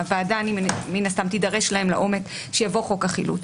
והוועדה תידרש להם לעומק כשיבוא חוק החילוט,